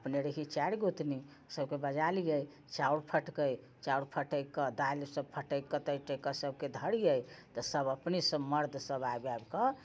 हमे रहियै चारि गोतनी सभके बजा लियै चाउर फटकै चाउर फटकि कऽ दालि सभ फटकि तटकि कऽ सभ धरियै तऽ सभ अपनेसँ मर्द सभ आबि आबि कऽ